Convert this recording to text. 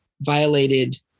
violated